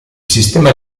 sistema